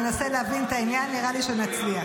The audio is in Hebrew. ננסה להבין את העניין ונראה לי שנצליח.